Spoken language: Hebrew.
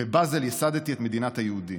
בבאזל ייסדתי את מדינת היהודים.